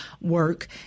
work